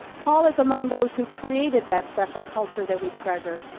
paul is among those who created that special culture that we treasure,